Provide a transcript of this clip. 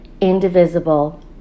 indivisible